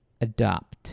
adopt